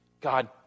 God